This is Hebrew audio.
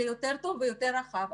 אלא יותר טוב ויותר רחב.